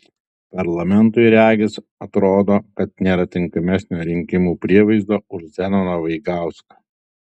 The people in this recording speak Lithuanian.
parlamentui regis atrodo kad nėra tinkamesnio rinkimų prievaizdo už zenoną vaigauską